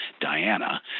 Diana